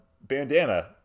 bandana